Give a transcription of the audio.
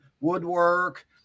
woodwork